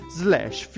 slash